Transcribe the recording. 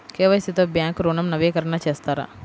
KYC తో bank ఋణం నవీకరణ చేస్తారా?